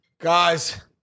Guys